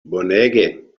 bonege